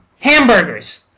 hamburgers